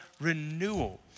renewal